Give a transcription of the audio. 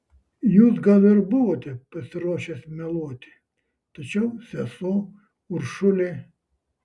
jūs gal ir buvote pasiruošęs meluoti tačiau sesuo uršulė